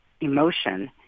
emotion